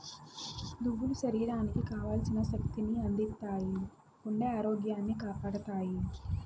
నువ్వులు శరీరానికి కావల్సిన శక్తి ని అందిత్తాయి, గుండె ఆరోగ్యాన్ని కాపాడతాయి